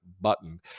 button